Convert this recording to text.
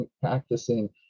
practicing